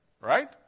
Right